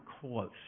close